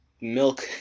milk